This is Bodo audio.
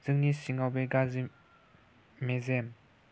जोंनि सिङाव बे गाज्रि मेजेम